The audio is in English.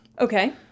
Okay